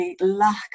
lack